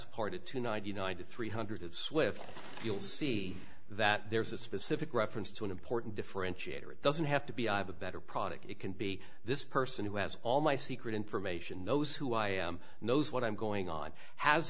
of two ninety nine to three hundred of swift you'll see that there's a specific reference to an important differentiator it doesn't have to be i have a better product it can be this person who has all my secret information knows who i am knows what i'm going on has